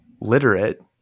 Literate